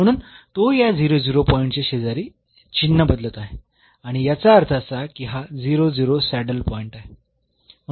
म्हणून तो या पॉईंटच्या शेजारी चिन्ह बदलत आहे आणि याचा अर्थ असा की हा सॅडल पॉईंट आहे